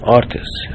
artists